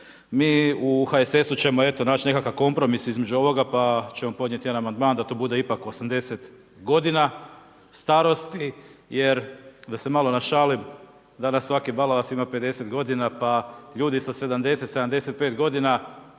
Mi u HSS-u ćemo eto naći neki kompromis između ovoga, pa ćemo podnijeti jedan amandman da to bude ipak 80 godina starosti, jer da se malo našalim, danas svaki balavac ima 50 godina pa ljudi sa 70, 75 godina